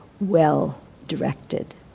well-directed